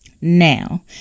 Now